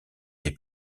les